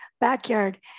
backyard